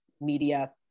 media